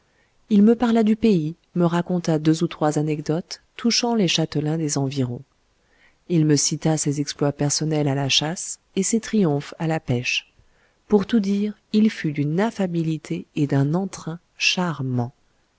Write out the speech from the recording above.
il me parla du pays me raconta deux ou trois anecdotes touchant les châtelains des environs il me cita ses exploits personnels à la chasse et ses triomphes à la pêche pour tout dire il fut d'une affabilité et d'un entrain charmants